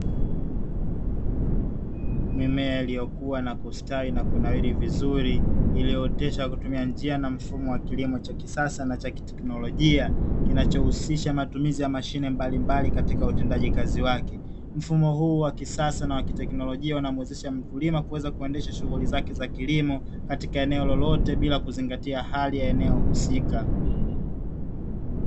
Mimea iliyo kuwa na kustawi na kunawiri vizuri iliyohoteshwa kwa kutumia njia na mfumo wa kilimo cha kisasa na cha kitekinolojia kinachohusika na matumizi ya mashine mbalimbali ya mashine ya utendaji kazi yake. Mfumo huu wa kisasa na kitekinolojia inaweza kumuwezesha mkulima kuendesha shughuli zake za kilimo katika eneo lake lolote bila kuzingatia hali ya eneo husika.